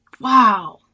Wow